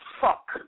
fuck